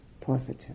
positive